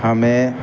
ہمیں